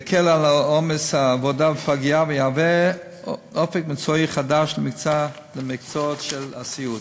שיקל על עומס העבודה בפגייה ויהווה אופק מקצועי חדש למקצועות הסיעוד.